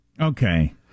Okay